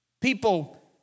people